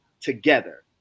together